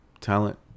talent